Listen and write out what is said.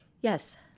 Yes